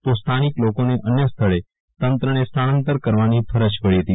તો સ્થાનિક લોકોને અન્ય સ્થળે તંત્રએ સ્થળાંતર કરવાની ફરજ પાડી હતી